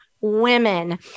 women